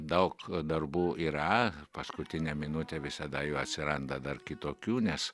daug darbų yra paskutinę minutę visada jų atsiranda dar kitokių nes